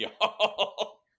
y'all